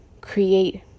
create